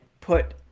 put